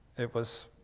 it was